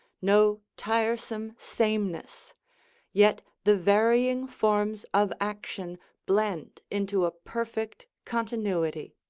no tiresome sameness yet the varying forms of action blend into a perfect continuity.